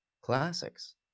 classics